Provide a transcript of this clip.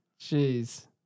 Jeez